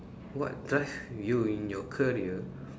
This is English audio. what drive you in your career